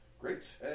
Great